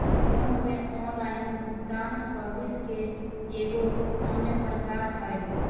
phone पे online भुगतान service के एगो अन्य प्रकार हय